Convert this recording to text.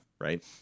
right